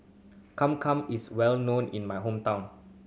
is well known in my hometown